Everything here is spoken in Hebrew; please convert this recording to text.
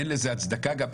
אין לזה הצדקה גם,